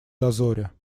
дозоре